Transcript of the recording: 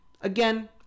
again